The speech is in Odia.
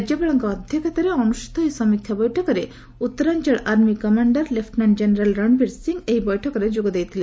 ରାଜ୍ୟପାଳଙ୍କ ଅଧ୍ୟକ୍ଷତାରେ ଅନୁଷ୍ଠିତ ଏହି ସମୀକ୍ଷା ବୈଠକରେ ଉତ୍ତରାଞ୍ଚଳ army commander lieutenant general Ranbir Singh ଏହି ବୈଠକରେ ଉପସ୍ଥିତ ରହିଥିଲେ